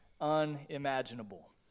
unimaginable